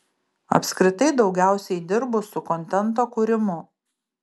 apskritai daugiausiai dirbu su kontento kūrimu